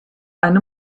eine